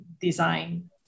design